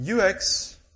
UX